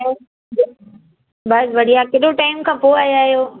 बसि बढ़िया केॾो टाइम खां पोइ आया आहियो